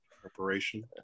Preparation